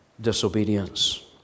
disobedience